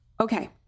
Okay